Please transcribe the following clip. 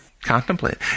Contemplate